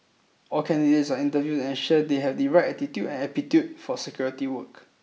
all candidates are interviewed to ensure they have the right attitude aptitude for security work